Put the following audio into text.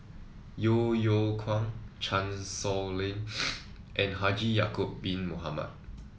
Yeo Yeow Kwang Chan Sow Lin and Haji Ya'acob Bin Mohamed